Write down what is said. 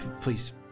please